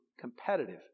competitive